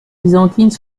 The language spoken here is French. byzantines